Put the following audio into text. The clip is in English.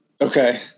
Okay